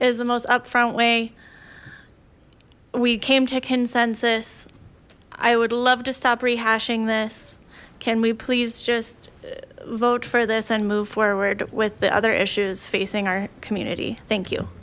is the most upfront way we came to consensus i would love to stop rehashing this can we please just vote for this and move forward with the other issues facing our community thank you